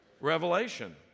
Revelation